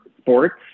sports